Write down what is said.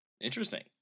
interesting